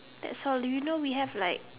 that's how do you know we have like